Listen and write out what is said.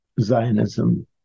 Zionism